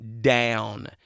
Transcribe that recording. down